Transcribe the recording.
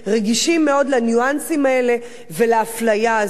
רגישים מאוד לניואנסים האלה ולאפליה הזאת.